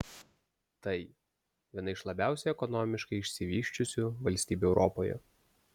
tai viena iš labiausiai ekonomiškai išsivysčiusių valstybių europoje